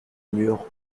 mur